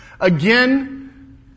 Again